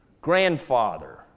grandfather